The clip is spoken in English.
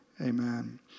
amen